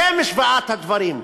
זו משוואת הדברים.